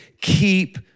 Keep